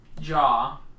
jaw